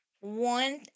One